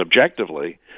objectively